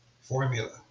formula